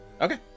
Okay